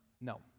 no